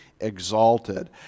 exalted